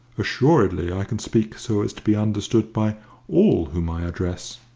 assuredly i can speak so as to be understood by all whom i address,